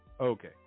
Okay